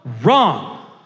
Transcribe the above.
wrong